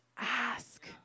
ask